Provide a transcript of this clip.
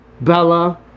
Bella